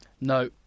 No